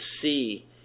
see